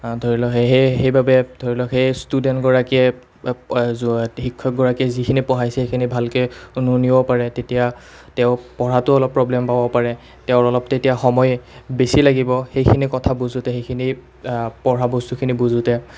ধৰি লওক সে সেই সেইবাবে ধৰি লওক সেই ষ্টুডেণ্টগৰাকীয়ে শিক্ষক গৰাকীয়ে যিখিনি পঢ়াইছে সেইখিনি ভালকৈ নুশুনিবও পাৰে তেতিয়া তেওঁ পঢ়াতো অলপ প্ৰৱ্লেম পাব পাৰে তেওঁৰ অলপ তেতিয়া সময় বেছি লাগিব সেইখিনি কথা বুজোঁতে সেইখিনি পঢ়া বস্তুখিনি বুজোঁতে